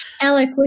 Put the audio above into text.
Alec